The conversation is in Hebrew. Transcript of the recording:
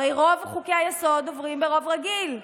הרי רוב חוקי-היסוד עוברים ברוב רגיל.